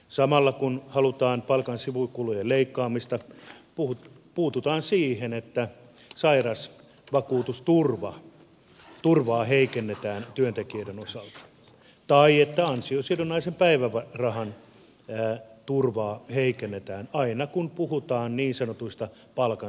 samalla kun halutaan palkan sivukulujen leikkaamista puututaan siihen että sairausvakuutusturvaa heikennetään työntekijöiden osalta ja ansiosidonnaisen päivärahan turvan heikentämisestä puhutaan aina kun puhutaan niin sanotuista palkan sivukuluista